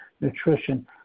nutrition